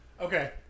Okay